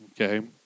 okay